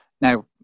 now